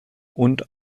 und